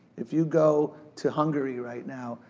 if you go to hungary right now,